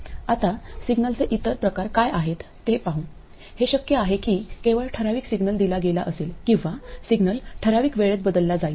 आता सिग्नलचे इतर प्रकार काय आहेत ते पाहू हे शक्य आहे की केवळ ठराविक सिग्नल दिला गेला असेल किंवा सिग्नल ठराविक वेळेत बदलला जाईल